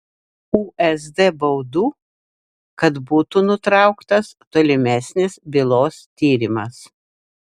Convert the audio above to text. usd baudų kad būtų nutrauktas tolimesnis bylos tyrimas